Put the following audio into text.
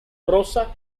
rosa